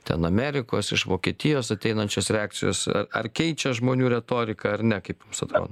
ten amerikos iš vokietijos ateinančios reakcijos ar keičia žmonių retoriką ar ne kaip jums atrodo